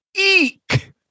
eek